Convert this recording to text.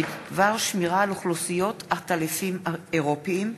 בדבר שמירה על אוכלוסיות עטלפים אירופיים,